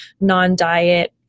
non-diet